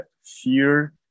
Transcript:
fear